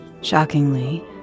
Shockingly